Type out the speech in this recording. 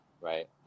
right